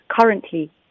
currently